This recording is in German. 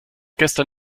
gestern